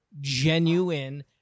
genuine